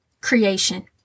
creation